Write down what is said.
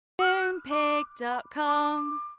Moonpig.com